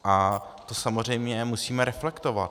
A to samozřejmě musíme reflektovat.